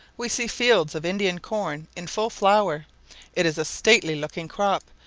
we see fields of indian corn in full flower it is a stately-looking crop,